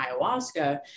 ayahuasca